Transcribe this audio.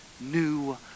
new